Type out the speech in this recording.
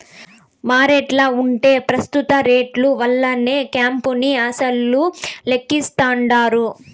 మార్కెట్ల ఉంటే పెస్తుత రేట్లు వల్లనే కంపెనీ ఆస్తులు లెక్కిస్తాండారు